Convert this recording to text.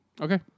okay